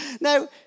Now